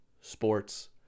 sports